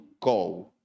go